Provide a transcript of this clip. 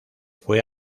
fue